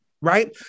right